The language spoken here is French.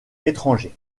étrangers